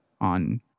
on